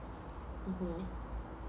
mmhmm